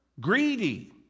greedy